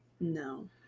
No